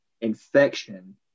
infection